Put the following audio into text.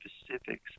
specifics